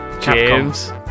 James